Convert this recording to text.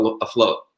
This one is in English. afloat